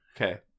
okay